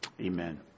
amen